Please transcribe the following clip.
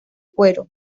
cuero